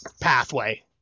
pathway